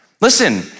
Listen